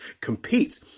compete